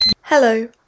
Hello